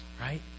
right